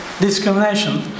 discrimination